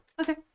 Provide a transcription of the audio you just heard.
Okay